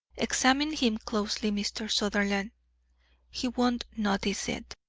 examine him closely, mr. sutherland he won't notice it.